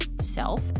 self